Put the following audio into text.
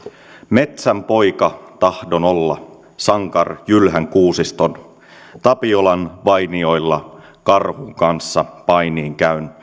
metsän poika tahdon olla sankar jylhän kuusiston tapiolan vainiolla karhun kanssa painii